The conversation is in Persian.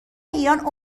ایران